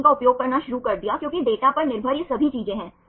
alpha helix कैसे बनते हैं